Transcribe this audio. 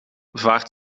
vaart